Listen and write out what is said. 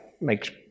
Makes